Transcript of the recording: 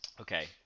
okay